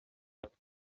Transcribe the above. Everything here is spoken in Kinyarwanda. ati